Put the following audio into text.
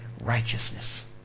Righteousness